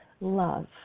love